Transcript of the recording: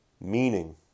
meaning